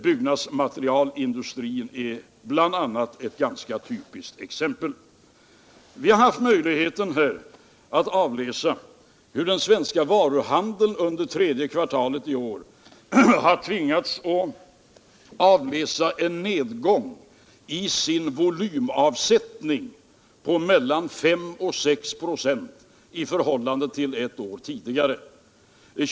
Byggnadsmaterialindustrin är ett ganska typiskt sådant exempel. Vi har kunnat avläsa att den svenska varuhandeln under tredje kvartalet i år har tvingats redovisa en nedgång i sin avsättningsvolym på mellan 5 och 6 96 i förhållande till läget ett år tidigare.